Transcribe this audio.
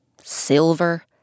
Silver